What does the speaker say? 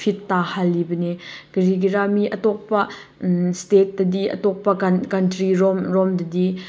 fit ꯇꯥꯍꯜꯂꯤꯕꯅꯦ ꯀꯔꯤꯒꯤꯔ ꯃꯤ ꯑꯇꯣꯞꯄ ꯁ꯭ꯇꯦꯠꯇꯗꯤ ꯑꯇꯣꯞꯄ ꯀꯟꯇ꯭ꯔꯤꯔꯣꯝ ꯔꯣꯝꯗꯗꯤ